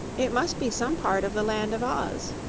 it must be some part of the land of oz,